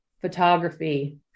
photography